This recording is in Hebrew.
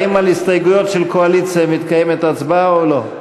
האם על הסתייגות של הקואליציה מתקיימת הצבעה או לא?